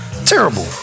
terrible